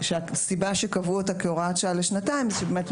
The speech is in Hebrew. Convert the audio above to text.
שהסיבה שקבעו אותה כהוראת שעה לשנתיים היא כי לא